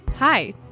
Hi